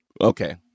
Okay